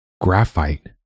Graphite